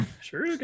sure